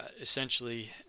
essentially